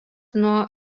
nuo